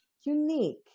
unique